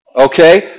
okay